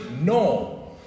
No